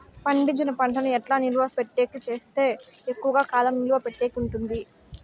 పండించిన పంట ను ఎట్లా నిలువ పెట్టేకి సేస్తే ఎక్కువగా కాలం నిలువ పెట్టేకి ఉంటుంది?